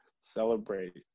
celebrate